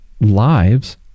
lives